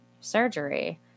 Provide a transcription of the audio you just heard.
surgery